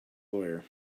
lawyer